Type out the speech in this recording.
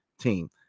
team